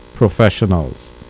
Professionals